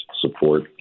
support